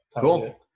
Cool